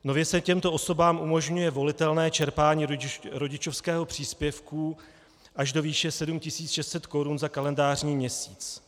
Nově se těmto osobám umožňuje volitelné čerpání rodičovského příspěvku až do výše 7 600 korun za kalendářní měsíc.